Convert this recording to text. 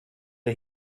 the